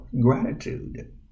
gratitude